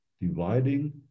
dividing